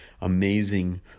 amazing